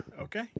Okay